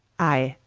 i,